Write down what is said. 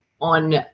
on